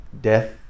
death